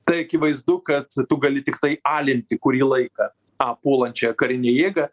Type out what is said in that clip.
tai akivaizdu kad tu gali tiktai alinti kurį laiką tą puolančią karinę jėgą